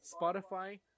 Spotify